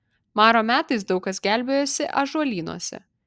maro metais daug kas gelbėjosi ąžuolynuose